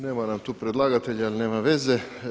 Nema nam tu predlagatelja, nema veze.